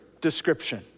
description